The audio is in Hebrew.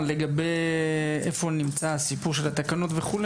לגבי איפה נמצא הסיפור של התקנות וכו',